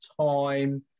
time